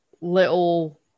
little